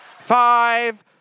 Five